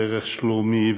דרך שלומי,